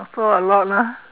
also a lot lah